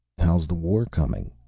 how is the war coming?